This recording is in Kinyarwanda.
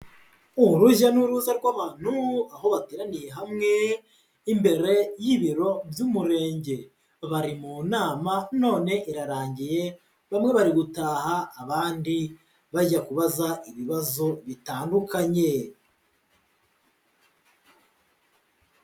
Uruhujya n'uruza rw'abantu, aho bateraniye hamwe, imbere y'ibiro by'umurenge, bari mu nama none irarangiye, bamwe bari gutaha, abandi bajya kubaza ibibazo bitandukanye.